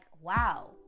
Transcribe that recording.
wow